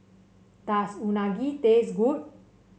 does Unagi taste good